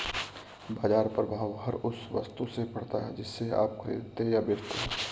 बाज़ार प्रभाव हर उस वस्तु से पड़ता है जिसे आप खरीदते या बेचते हैं